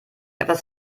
etwas